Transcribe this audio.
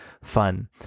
fun